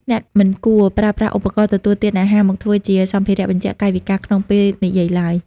អ្នកមិនគួរប្រើប្រាស់ឧបករណ៍ទទួលទានអាហារមកធ្វើជាសម្ភារៈបញ្ជាក់កាយវិការក្នុងពេលនិយាយឡើយ។